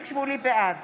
בעד